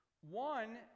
one